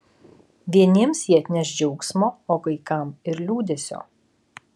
vieniems jie atneš džiaugsmo o kai kam ir liūdesio